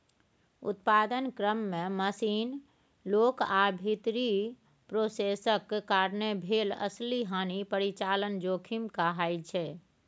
उत्पादन क्रम मे मशीन, लोक आ भीतरी प्रोसेसक कारणेँ भेल असली हानि परिचालन जोखिम कहाइ छै